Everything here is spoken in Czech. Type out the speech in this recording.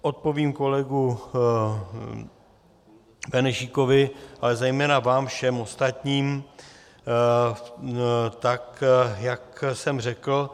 Odpovím kolegovi Benešíkovi, ale zejména vám všem ostatním tak, jak jsem řekl.